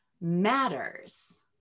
matters